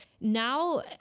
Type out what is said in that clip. now